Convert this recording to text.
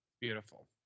Beautiful